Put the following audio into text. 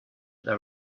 there